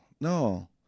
no